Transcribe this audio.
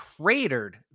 cratered